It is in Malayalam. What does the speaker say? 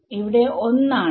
ഇവിടെ 1 ആണ്